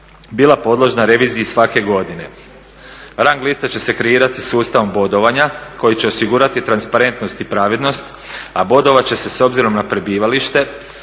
bila podložna reviziji svake godine. Rang lista će se kreirati sustavom bodovanja koji će osigurati transparentnost i pravednost a bodovat će se s obzirom na prebivalište,